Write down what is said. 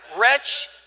wretch